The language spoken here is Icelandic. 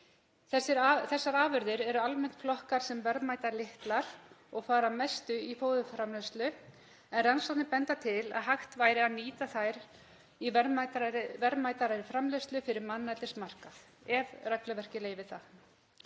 Þessar afurðir eru almennt flokkaðar sem verðmætalitlar og fara að mestu í fóðurframleiðslu en rannsóknir benda til að hægt væri að nýta þær í verðmætari framleiðslu fyrir manneldismarkað ef regluverkið leyfir það.